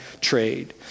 trade